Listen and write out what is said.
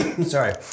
Sorry